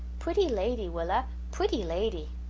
pwitty lady, willa, pwitty lady.